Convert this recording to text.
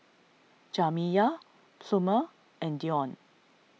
Jamiya Plummer and Deon